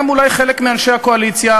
גם אולי חלק מאנשי הקואליציה,